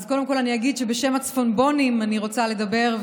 אז קודם כול אגיד שבשם הצפונבונים אני רוצה לדבר,